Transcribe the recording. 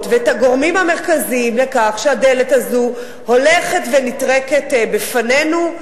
ואת הגורמים המרכזיים לכך שהדלת הזו הולכת ונטרקת בפנינו,